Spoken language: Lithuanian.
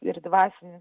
ir dvasinis